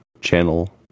channel